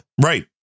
Right